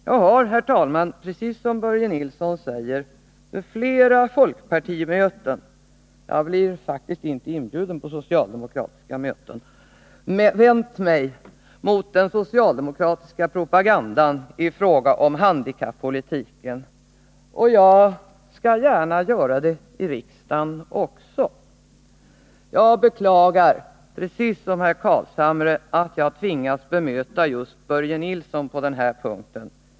Jag har, herr talman, precis som Börje Nilsson säger, vid flera folkpartimöten — jag blir faktiskt inte inbjuden till socialdemokratiska möten — vänt mig mot den socialdemokratiska propagandan i fråga om handikappolitiken. Jag skall gärna göra det i riksdagen också. Jag beklagar, precis som herr Carlshamre, att jag tvingas bemöta just Börje Nilsson på den här punkten.